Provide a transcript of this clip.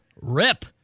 rip